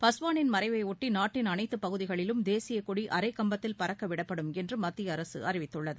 பஸ்வானின் மறைவையொட்டி நாட்டின் அனைத்து பகுதிகளிலும் தேசிய கொடி அரைக் கம்பத்தில் பறக்கவிடப்படும் என்று மத்திய அரசு அறிவித்துள்ளது